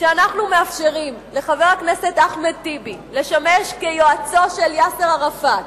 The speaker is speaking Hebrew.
כשאנחנו מאפשרים לחבר הכנסת אחמד טיבי לשמש כיועצו של יאסר ערפאת,